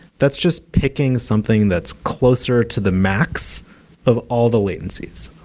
that's just picking something that's closer to the max of all the latencies.